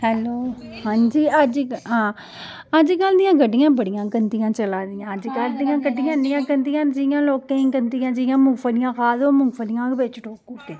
hello हंजी अजकल दिआं गड्डियां बड़ी गंदी चला दियां अजकल दिआं गड्डियां इन्नियां गदिंयां ना जियां लोकें गी गड्डी च मुंगफली खा दे ओ मंगफलियां बी बिच